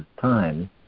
time